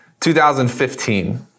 2015